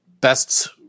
best